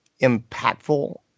impactful